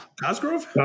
Cosgrove